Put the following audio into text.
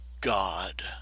God